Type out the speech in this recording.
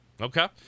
Okay